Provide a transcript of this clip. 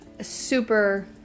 super